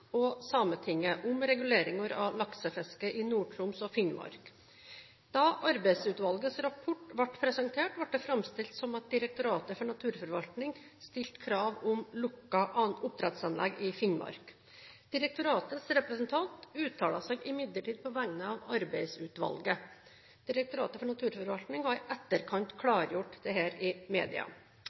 og Sametinget om reguleringer av laksefisket i Nord-Troms og i Finnmark. Da arbeidsutvalgets rapport ble presentert, ble det framstilt som at Direktoratet for naturforvaltning stilte krav om lukkede oppdrettsanlegg i Finnmark. Direktoratets representant uttalte seg imidlertid på vegne av arbeidsutvalget. Direktoratet for naturforvaltning har i etterkant klargjort dette i media.